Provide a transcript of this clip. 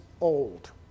old